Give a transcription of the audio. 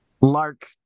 Lark